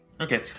Okay